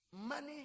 money